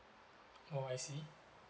orh I see